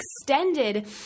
extended